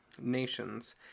nations